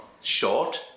short